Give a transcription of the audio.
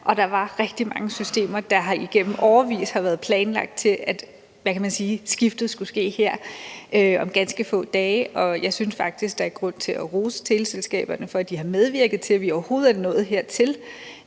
og der er rigtig mange systemer, der igennem årevis har været planlagt til, at skiftet skulle ske her om ganske få dage. Jeg synes faktisk, at der er grund til at rose teleselskaberne for, at de har medvirket til, at vi overhovedet er nået hertil.